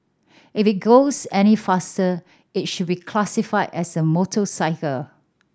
if it goes any faster it should be classified as a motorcycle